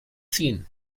scene